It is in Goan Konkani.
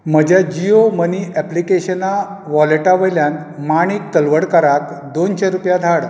म्हज्या जियो मनी ऍप्लिकेशना वॉलेटा वयल्यान माणीक तलवडकाराक दोनशे रुपया धाड